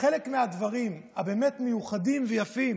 חלק מהדברים הבאמת-מיוחדים ויפים